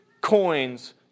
coins